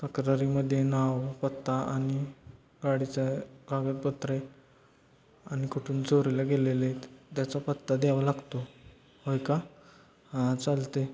तक्रारीमध्ये नाव पत्ता आणि गाडीचं कागदपत्रे आणि कुठून चोरीला गेलेले आहेत त्याचा पत्ता द्यावा लागतो होय का हा चालत आहे